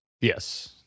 Yes